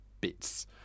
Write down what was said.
bits